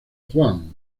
juan